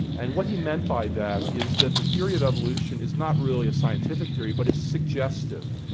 and what he meant by that is that the theory of evolution is not really a scientific theory, but it's suggestive,